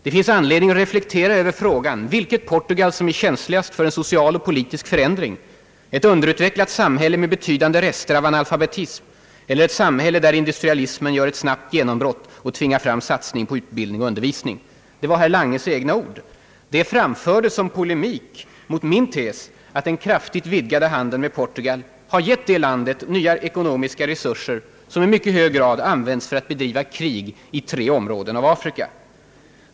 Det finns anledning att reflektera över frågan vilket Portugal som är känsligast för en social och politisk förändring, ett underutvecklat samhälle med betydande rester av analfabetism eller ett samhälle där industrialismen gör ett snabbt genombrott och tvingar fram satsning på utbildning och undervisning?» Det var herr Langes egna ord. De framfördes som polemik mot min tes, att den kraftigt vidgade handeln med Portugal har givit det landet nya ekonomiska resurser, som i mycket hög grad används för att bedriva krig i tre områden i Afrika.